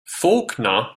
faulkner